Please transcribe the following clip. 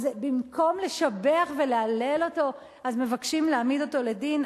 אז במקום לשבח ולהלל אותו מבקשים להעמיד אותו לדין?